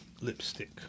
Lipstick